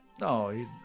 No